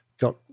Got